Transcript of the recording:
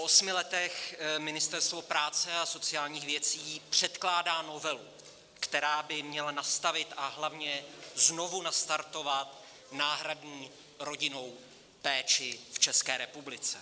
Po osmi letech Ministerstvo práce a sociálních věcí předkládá novelu, která by měla nastavit a hlavně znovu nastartovat náhradní rodinnou péči v České republice.